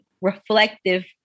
reflective